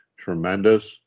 tremendous